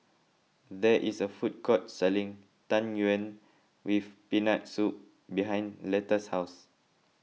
there is a food court selling Tang Yuen with Peanut Soup behind Letta's house